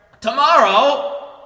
tomorrow